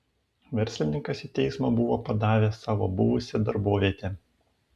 verslininkas į teismą buvo padavęs savo buvusią darbovietę